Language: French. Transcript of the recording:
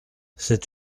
c’est